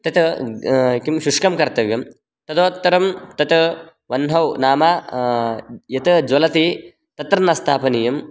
तत् ग् किं शुष्कं कर्तव्यं तदोत्तरं तत् वन्हौ नाम यत् ज्वलति तत्र न स्थापनीयं